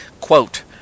Quote